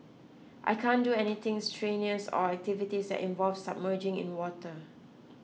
I can't do anything strenuous or activities that involve submerging in water